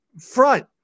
front